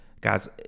Guys